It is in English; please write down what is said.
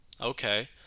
Okay